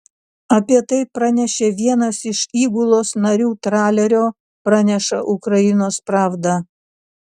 apie tai pranešė vienas iš įgulos narių tralerio praneša ukrainos pravda